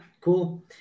cool